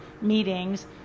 meetings